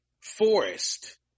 forest